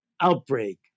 outbreak